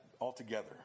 altogether